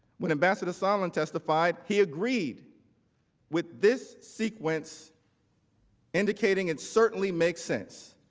when ambassador sondland testified he agreed with this sequence indicating and certainly makes sense.